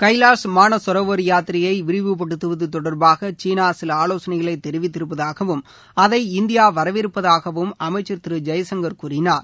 கைலாஷ் மானசரோவர் யாத்திரையை விரிவுப்படுத்துவது தொடர்பாக சீனா சில ஆலோசனைகளை தெரிவித்திருப்பதாகவும் அதை இந்தியா வரவேற்பதாகவும் அமைச்சர் திரு ஜெயசங்கர் கூறினார்